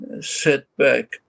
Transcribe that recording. setback